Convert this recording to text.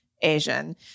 Asian